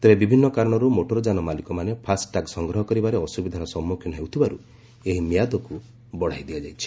ତେବେ ବିଭିନ୍ନ କାରଣରୁ ମୋଟର ଯାନ ମାଲିକମାନେ ଫାଷ୍ଟଟାଗ୍ ସଂଗ୍ରହ କରିବାରେ ଅସୁବିଧାର ସମ୍ମୁଖୀନ ହେଉଥିବାରୁ ଏହି ମିଆଦକୁ ବଢ଼ାଇ ଦିଆଯାଇଛି